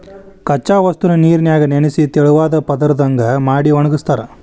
ಕಚ್ಚಾ ವಸ್ತುನ ನೇರಿನ್ಯಾಗ ನೆನಿಸಿ ತೆಳುವಾದ ಪದರದಂಗ ಮಾಡಿ ಒಣಗಸ್ತಾರ